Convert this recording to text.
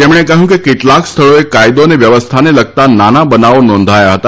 તેમણે કહ્યું કે કેટલાંક સ્થળોએ કાયદો અને વ્યવસ્થાને લગતા નાના બનાવો નોંધાયા હતા